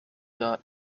dar